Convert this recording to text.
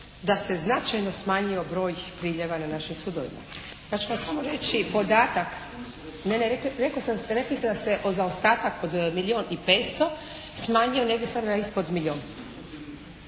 da se značajno smanjio broj priljeva na našim sudovima. Pa ću vam samo reći podatak. Naime, rekli ste da se zaostatak od milijun i 500 smanjio negdje sada na ispod milijun.